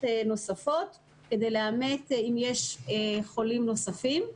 נוספות כדי לאמת אם יש חולים נוספים.